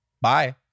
Bye